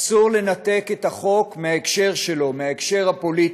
אסור לנתק את החוק מההקשר שלו, מההקשר הפוליטי.